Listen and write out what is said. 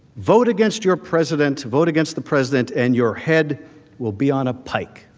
vote against your president vote against the president, and your head will be on a pike.